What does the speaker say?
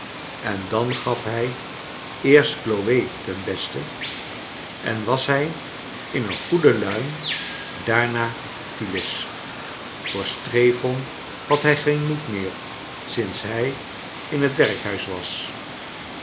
en dan gaf hij eerst chloe ten beste en was hij in een goede luim daarna phyllis voor strephon had hij geen moed meer sinds hij in het werkhuis was